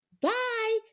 Bye